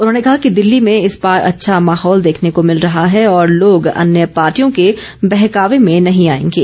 उन्होंने कहा कि दिल्ली में इस बार अच्छा माहौल देखने को मिल रहा है और लोग अन्य पार्टियों के बहकावे में नहीं आएंगे